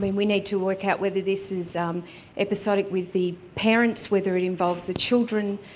we we need to work out whether this is um episodic with the parents, whether it involves the children.